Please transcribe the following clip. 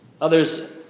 Others